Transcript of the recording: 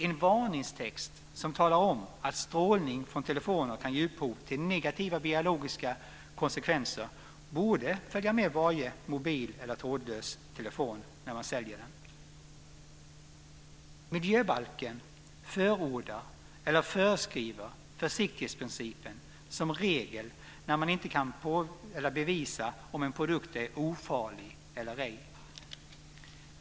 En varningstext som talar om att strålning från telefoner kan få negativa biologiska konsekvenser borde följa med varje mobil eller trådlös telefon när man säljer den. Miljöbalken förordar eller föreskriver försiktighetsprincipen som regel när man inte kan bevisa om en produkt är ofarlig eller ej.